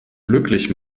glücklich